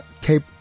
Cape